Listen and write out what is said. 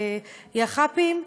יח"פים.